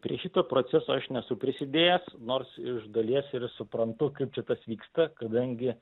prie šito proceso aš nesu prisidėjęs nors iš dalies ir suprantu kaip čia tas vyksta kadangi